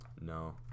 No